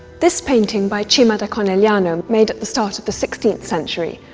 this painting, by cima da conegliano, made at the start of the sixteenth century,